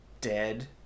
dead